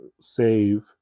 save